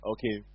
Okay